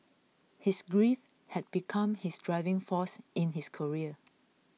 his grief had become his driving force in his career